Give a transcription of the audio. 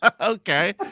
Okay